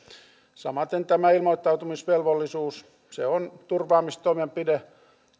samaten tämä ilmoittautumisvelvollisuus se on turvaamistoimenpide